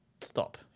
stop